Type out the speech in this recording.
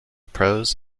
pros